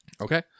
Okay